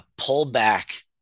pullback